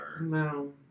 No